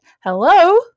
hello